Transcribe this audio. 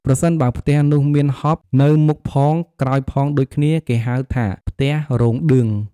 ប្រសិនបើផ្ទះនោះមានហប់នៅមុខផងក្រោយផងដូចគ្នា គេហៅថាផ្ទះរោង ឌឿង។